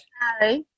Hi